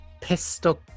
pesto